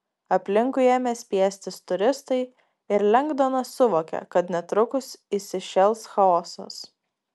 aplinkui ėmė spiestis turistai ir lengdonas suvokė kad netrukus įsišėls chaosas